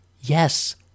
Yes